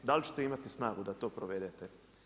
Da li ćete imati snagu da to provedete?